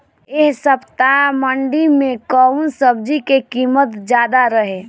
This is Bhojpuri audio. एह सप्ताह मंडी में कउन सब्जी के कीमत ज्यादा रहे?